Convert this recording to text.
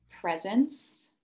presence